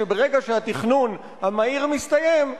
שברגע שהתכנון המהיר מסתיים,